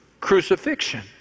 crucifixion